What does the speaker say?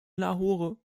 lahore